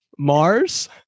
Mars